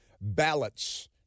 ballots